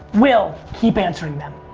we'll keep answering them.